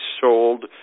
sold